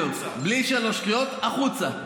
בחוצה.